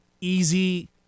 easy